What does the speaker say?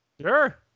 Sure